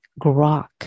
grok